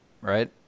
right